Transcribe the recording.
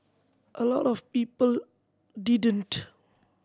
a lot of people didn't